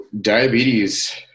diabetes